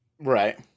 Right